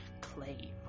claim